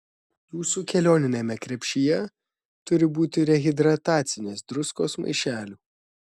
jūsų kelioniniame krepšyje turi būti rehidratacinės druskos maišelių